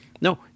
no